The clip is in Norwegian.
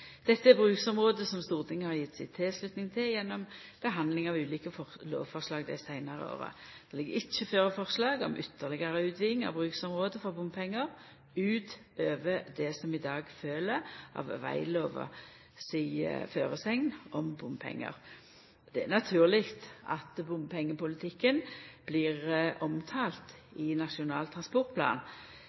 gjennom handsaming av ulike lovforslag dei seinare åra. Det ligg ikkje føre forslag om ytterlegare utviding av bruksområdet for bompengar utover det som i dag følgjer av veglova si føresegn om bompengar. Det er naturleg at bompengepolitikken blir omtalt i Nasjonal transportplan,